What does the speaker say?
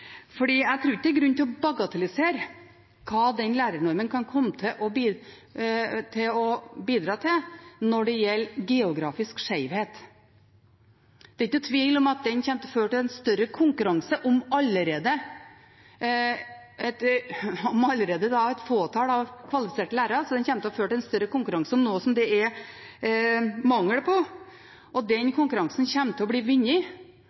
Jeg tror ikke det er noen grunn til å bagatellisere hva lærernormen kan komme til å bidra til når det gjelder geografisk skjevhet. Det er ingen tvil om at den kommer til å føre til større konkurranse om allerede et fåtall kvalifiserte lærere, den kommer til å føre til en større konkurranse om noe som det er mangel på. Den konkurransen kommer til å bli